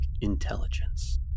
intelligence